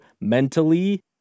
mentally